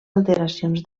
alteracions